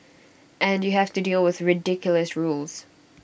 and you have to deal with ridiculous rules